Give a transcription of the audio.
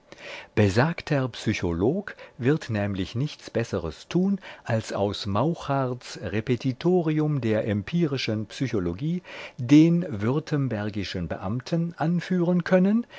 besagter psycholog wird nämlich nichts besseres tun als aus mauchardts repertorium der empirischen psychologie den württembergischen beamten anführen können